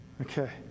Okay